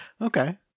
Okay